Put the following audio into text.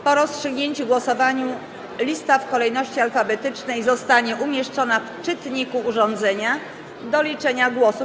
Po rozpoczęciu głosowania lista w kolejności alfabetycznej zostanie umieszczona w czytniku urządzenia do liczenia głosów.